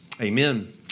Amen